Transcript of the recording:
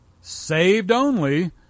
saved-only